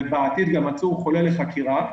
ובעתיד גם עצור חולה, לחקירה.